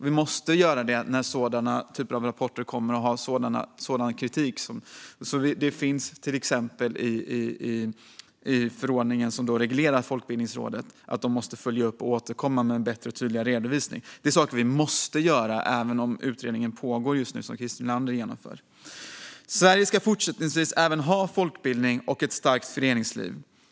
Vi måste göra det när en rapport kommer med sådan kritik. Det finns till exempel med i den förordning som reglerar Folkbildningsrådet att man ska följa upp och återkomma med bättre och tydligare redovisning. Det måste vi göra även om utredningen fortfarande pågår. Sverige ska även fortsättningsvis ha folkbildning och ett starkt föreningsliv.